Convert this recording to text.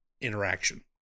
interaction